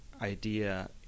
idea